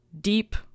deep